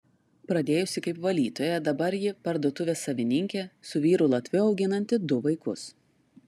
pradėjusi kaip valytoja dabar ji parduotuvės savininkė su vyru latviu auginanti du vaikus